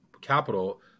capital